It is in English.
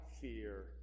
fear